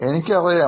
എനിക്കറിയാം